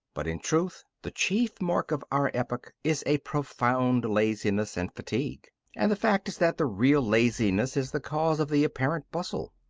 but in truth the chief mark of our epoch is a profound laziness and fatigue and the fact is that the real laziness is the cause of the apparent bustle.